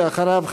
ולאחריו,